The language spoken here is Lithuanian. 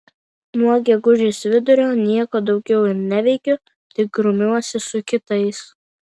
nuo gegužės vidurio nieko daugiau ir neveikiu tik grumiuosi su kitais